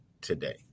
today